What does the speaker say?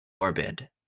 morbid